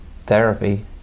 Therapy